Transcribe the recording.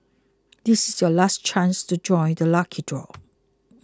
this is your last chance to join the lucky draw